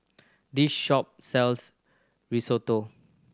this shop sells Risotto